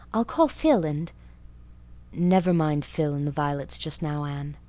i'll call phil and never mind phil and the violets just now, anne,